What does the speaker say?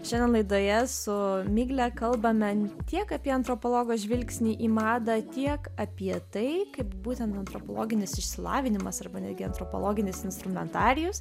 šiandien laidoje su migle kalbame tiek apie antropologo žvilgsnį į madą tiek apie tai kaip būtent antropologinis išsilavinimas arba netgi antropologinis instrumentarijus